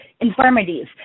infirmities